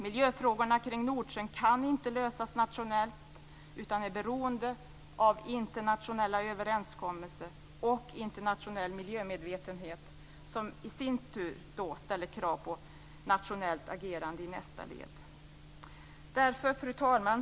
Miljöfrågorna kring Nordsjön kan inte lösas nationellt utan är beroende av internationella överenskommelser och internationell miljömedvetenhet som i sin tur ställer krav på nationellt agerande i nästa led. Fru talman!